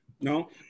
No